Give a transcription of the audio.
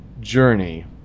Journey